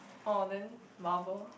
oh then Marvel